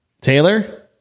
Taylor